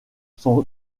son